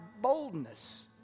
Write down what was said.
boldness